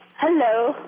Hello